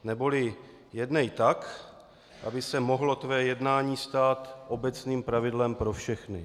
Neboli: Jednej tak, aby se mohlo tvé jednání stát obecným pravidlem pro všechny.